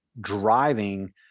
driving